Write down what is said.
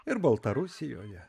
ir baltarusijoje